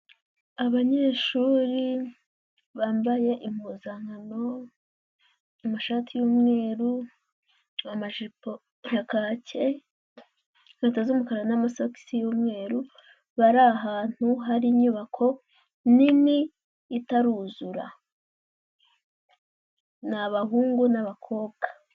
Abanyeshuri, bambaye impuzankano, amashati y'umweru, amajipo ya kake, inkweto z'umukara n'amasogisi y'umweru, bari ahantu hari inyubako nini, itaruzura. Ni abahungu n'abakobwa.